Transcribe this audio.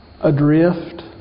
Adrift